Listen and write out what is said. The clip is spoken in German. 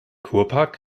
kurpark